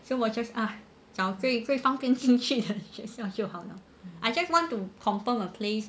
so 我 just ah 找最方便进去的学校就好 liao I just want to confirm a place